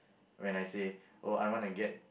when I say oh I wanna get